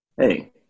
Hey